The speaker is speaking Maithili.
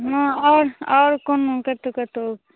हँ आओर आओर कोनो कतहुँ कतहुँ